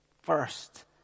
First